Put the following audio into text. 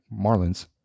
Marlins